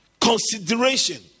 consideration